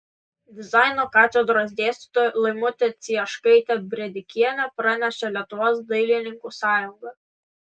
dizaino katedros dėstytoja laimutė cieškaitė brėdikienė pranešė lietuvos dailininkų sąjunga